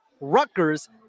Rutgers